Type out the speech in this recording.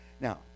Now